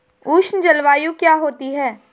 उष्ण जलवायु क्या होती है?